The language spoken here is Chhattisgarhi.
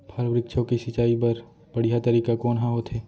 फल, वृक्षों के सिंचाई बर बढ़िया तरीका कोन ह होथे?